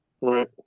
Right